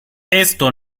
esto